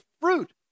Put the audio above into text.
fruit